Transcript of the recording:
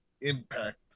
Impact